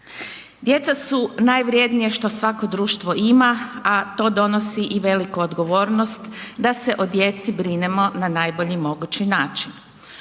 Djeca su najvrjednije što svako društvo ima a to donosi i veliku odgovornost da se o djeci brinemo na najbolji mogući način.